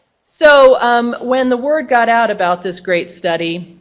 so um when the word got out about this great study,